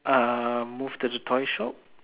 uh move to the toy shop